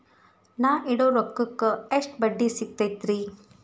ನಾ ಇಡೋ ರೊಕ್ಕಕ್ ಎಷ್ಟ ಬಡ್ಡಿ ಸಿಕ್ತೈತ್ರಿ?